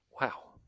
wow